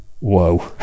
whoa